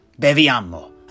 Beviamo